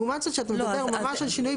לעומת זאת, כשאתה מדבר ממש על שינוי